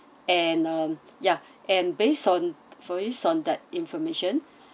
and um yeah and based on for ease on that information